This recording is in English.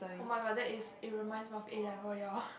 oh-my-god that is it reminds of A-levels ya